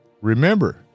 Remember